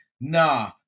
Nah